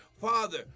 Father